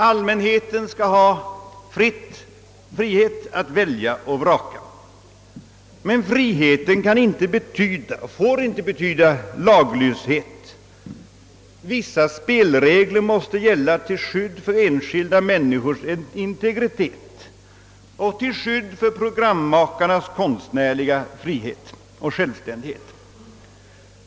Allmänheten skall ha frihet att välja och vraka. Men friheten kan inte och får inte betyda laglöshet. Vissa spelregler måste gälla till skydd för enskilda människors integritet och till skydd för programmakarnas kostnärliga frihet och självständighet.